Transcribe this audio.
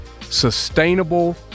sustainable